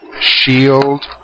shield